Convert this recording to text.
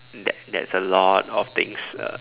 that that's a lot of things uh